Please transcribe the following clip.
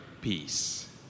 peace